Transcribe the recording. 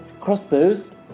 crossbows